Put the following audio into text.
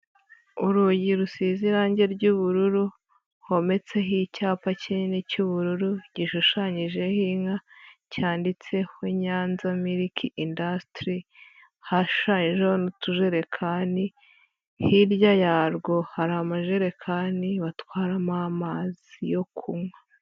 Urugi rusize irange ry'ubururu hometseho icyapa kinini cy'ubururu gishushanyijeho inka, cyanditseho Nyanza milki indasitiri. Hashushanyijeho n'utujekani, hirya yarwo hari amajerekani batwaramo amazi yo kunywa.